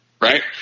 right